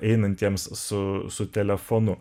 einantiems su su telefonu